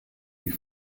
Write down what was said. die